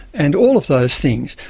and all of those things,